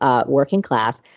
ah working class,